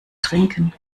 trinken